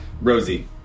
Rosie